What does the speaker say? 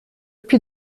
puis